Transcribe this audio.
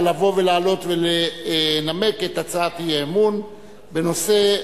לבוא לעלות ולנמק את הצעת האי-אמון בנושא: